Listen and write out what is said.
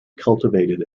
cultivated